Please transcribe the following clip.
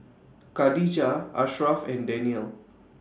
Khadija Ashraff and Daniel